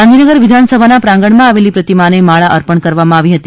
ગાંધીનગર વિધાનસભાના પ્રાંગણમાં આવેલી પ્રતિમાને માળા અર્મણ કરવામાં આવી હતી